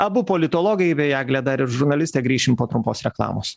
abu politologai bei eglė dar ir žurnalistė grįšim po trumpos reklamos